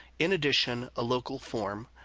in addition, a local form,